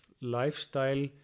lifestyle